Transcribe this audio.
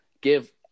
give